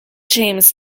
james